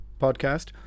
podcast